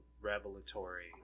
revelatory